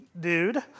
Dude